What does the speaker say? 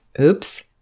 oops